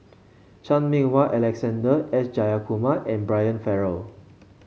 Chan Meng Wah Alexander S Jayakumar and Brian Farrell